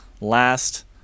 last